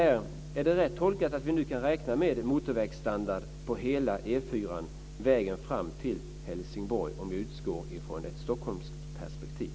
Är det rätt tolkat att vi nu kan räkna med motorvägsstandard på E 4:an, hela vägen fram till Helsingborg - om vi utgår från ett Stockholmsperspektiv?